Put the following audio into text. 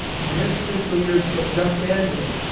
in this fiscal year that just ended,